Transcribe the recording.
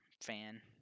fan